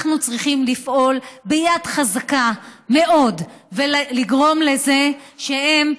אנחנו צריכים לפעול ביד חזקה מאוד ולגרום לזה שהם,